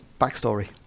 Backstory